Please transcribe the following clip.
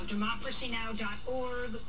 DemocracyNow.org